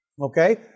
Okay